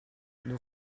nous